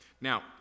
Now